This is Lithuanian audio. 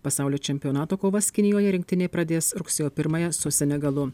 pasaulio čempionato kovas kinijoje rinktinė pradės rugsėjo pirmąją su senegalu